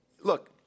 Look